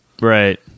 right